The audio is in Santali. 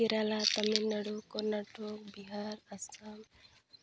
ᱠᱮᱨᱟᱞᱟ ᱛᱟᱢᱤᱞ ᱱᱟᱲᱩ ᱠᱚᱨᱱᱟᱴᱚᱠ ᱵᱤᱦᱟᱨ ᱟᱥᱟᱢ